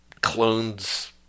clones